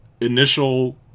initial